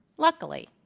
luckily,